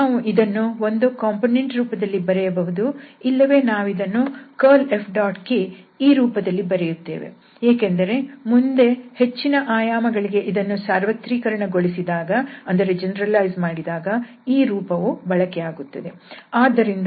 ನಾವು ಇದನ್ನು ಒಂದೋ ಕಂಪೋನೆಂಟ್ ರೂಪದಲ್ಲಿ ಬರೆಯಬಹುದು ಇಲ್ಲವೇ ನಾವಿದನ್ನು curlFk ಈ ರೂಪದಲ್ಲಿ ಬರೆಯುತ್ತೇವೆ ಯಾಕೆಂದರೆ ಮುಂದೆ ಹೆಚ್ಚಿನ ಆಯಾಮಗಳಿಗೆ ಇದನ್ನು ಸಾರ್ವತ್ರೀಕರಣಗೊಳಿಸಿದಾಗ ಈ ರೂಪವು ಬಳಕೆಯಾಗುತ್ತದೆ